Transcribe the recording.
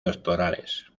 doctorales